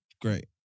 great